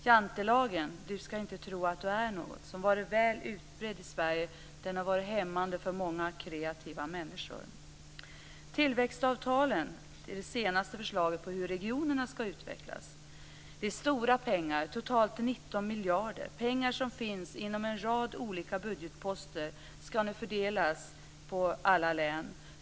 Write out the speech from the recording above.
Jantelagen - du ska inte tro att du är något - som har varit väl utbredd i Sverige har varit hämmande för många kreativa människor. Tillväxtavtalen är det senaste förslaget till hur regionerna ska utvecklas. Det är stora pengar, totalt 19 miljarder. Pengar som finns inom en rad olika budgetposter ska nu fördelas på alla län.